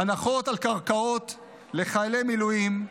הנחות על קרקעות לחיילי מילואים,